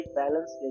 balance